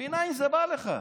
מנין זה בא לך?